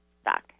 stuck